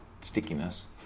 stickiness